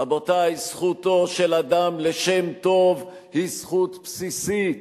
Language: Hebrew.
רבותי, זכותו של אדם לשם טוב היא זכות בסיסית,